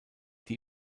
die